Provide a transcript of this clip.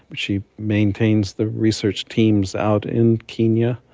but she maintains the research teams out in kenya,